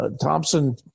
Thompson